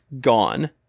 gone